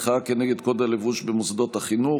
מחאה כנגד קוד הלבוש במוסדות החינוך,